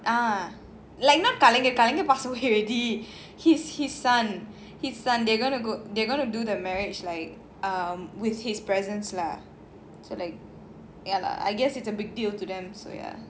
ah like not நடிகர்:nadikar pass away already his his son his son they are gonna do the marriage like um with his presence lah so like ya lah I guess it's a big deal to them so ya